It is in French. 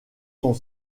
sont